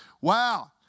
Wow